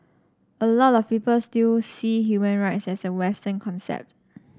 a lot of people still see human rights as a Western concept